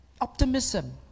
optimism